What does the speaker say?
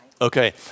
Okay